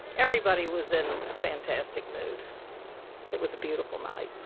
everybody was in a fantastic mood it was a beautiful night.